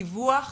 דיווח